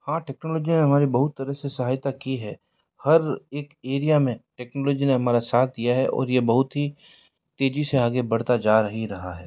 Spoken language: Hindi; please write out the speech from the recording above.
हाँ टेक्नोलॉजी ने हमारी बहुत तरह से सहायता की है हर एक एरिया में टेक्नोलॉजी ने हमारा साथ दिया है और ये बहुत ही तेज़ी से आगे बढ़ती जा रही रहा है